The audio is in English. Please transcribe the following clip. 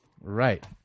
Right